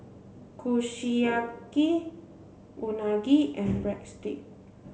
Kushiyaki Unagi and Breadsticks